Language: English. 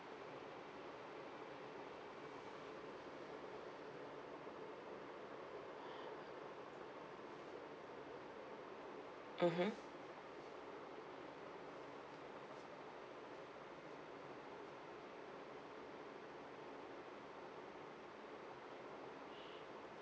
mmhmm